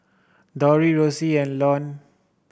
Dori Rossie and Luann